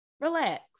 Relax